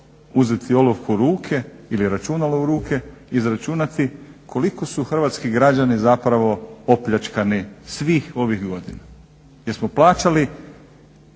uzeti olovku u ruke ili računalo u ruke, izračunati koliko su hrvatski građani zapravo opljačkani svih ovih godina